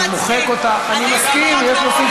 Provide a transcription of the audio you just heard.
מה שאמרת, שהנשים המוכות,